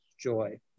joy